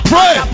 Pray